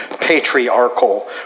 patriarchal